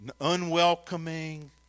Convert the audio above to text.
Unwelcoming